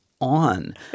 on